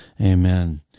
Amen